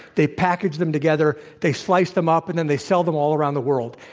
they package them together, they slice them up, and then they sell them all around the world.